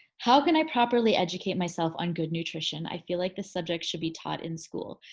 how can i properly educate myself on good nutrition? i feel like the subject should be taught in school.